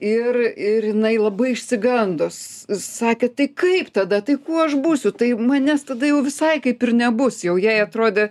ir ir jinai labai išsigando s sakė tai kaip tada tai kuo aš būsiu tai manęs tada jau visai kaip ir nebus jau jai atrodė